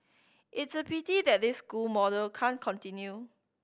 it's a pity that this school model can't continue